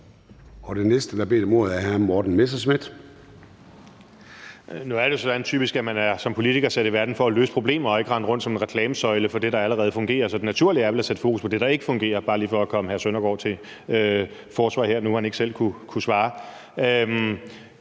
er hr. Morten Messerschmidt. Kl. 16:00 Morten Messerschmidt (DF): Nu er det jo typisk sådan, at man som politiker er sat i verden for at løse problemer og ikke rende rundt som en reklamesøjle for det, der allerede fungerer. Så det naturlige er vel at sætte fokus på det, der ikke fungerer – bare lige for at komme hr. Søren Søndergaard til forsvar her, hvor han ikke selv kunne svare.